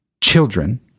children